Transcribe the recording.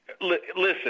Listen